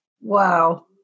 Wow